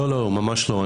לא, ממש לא.